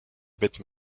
bête